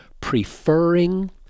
preferring